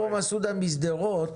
אפרופו מסעודה משדרות,